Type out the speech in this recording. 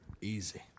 Easy